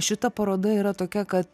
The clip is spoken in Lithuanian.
šita paroda yra tokia kad